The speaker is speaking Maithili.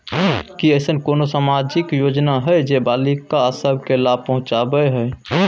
की ऐसन कोनो सामाजिक योजना हय जे बालिका सब के लाभ पहुँचाबय हय?